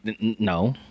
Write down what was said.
no